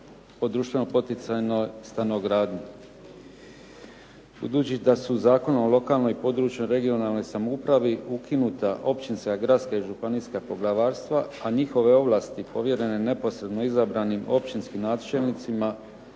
o društveno poticajnoj stanogradnji. Budući da su Zakon o lokalnoj i područnoj (regionalnoj) samoupravi ukinuta općinska, gradska i županijska poglavarstva a njihove ovlasti povjerene neposredno izabranim općinskim načelnicima,